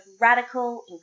radical